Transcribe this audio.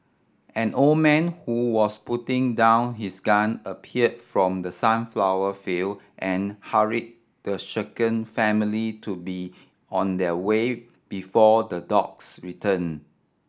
an old man who was putting down his gun appeared from the sunflower field and hurry the shaken family to be on their way before the dogs return